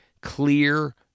clear